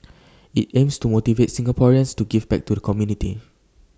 IT aims to motivate Singaporeans to give back to the community